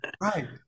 right